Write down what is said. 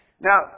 Now